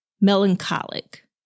melancholic